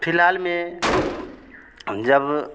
फ़िलहाल में जब